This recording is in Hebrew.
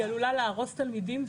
היא עלולה להרוס תלמידים,